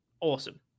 awesome